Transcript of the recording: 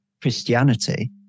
christianity